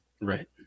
Right